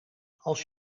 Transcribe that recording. als